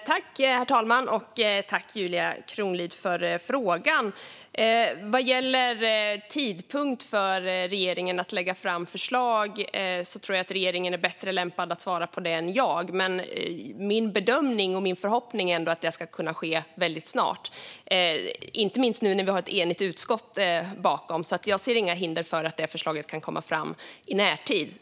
Herr talman! Tack, Julia Kronlid, för frågan! Vad gäller tidpunkt för regeringen att lägga fram förslag tror jag att regeringen är bättre lämpad att svara än jag, men min bedömning och min förhoppning är att det ska kunna ske väldigt snart, inte minst nu när vi har ett enigt utskott bakom detta. Jag ser inga hinder för att det förslaget kan komma fram i närtid.